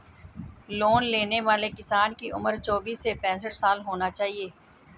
loan लेने वाले किसान की उम्र चौबीस से पैंसठ साल होना चाहिए